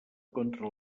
contra